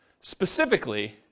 specifically